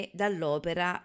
dall'opera